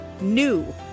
NEW